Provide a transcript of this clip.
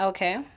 Okay